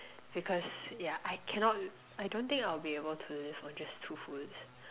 because yeah I cannot I don't think I'll be able to live on just two foods